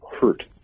hurt